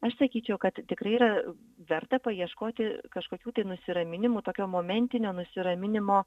aš sakyčiau kad tikrai yra verta paieškoti kažkokių tai nusiraminimo tokio momentinio nusiraminimo